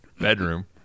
Bedroom